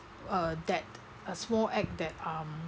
uh that a small act that um